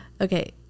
Okay